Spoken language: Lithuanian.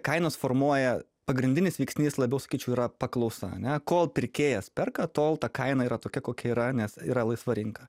kainos formuoja pagrindinis veiksnys labiau sakyčiau yra paklausa ane kol pirkėjas perka tol ta kaina yra tokia kokia yra nes yra laisva rinka